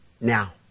now